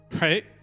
Right